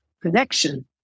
connection